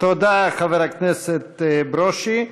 תודה, חבר הכנסת ברושי.